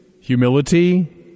humility